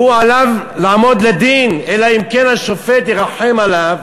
עליו לעמוד לדין, אלא אם כן השופט ירחם עליו